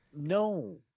no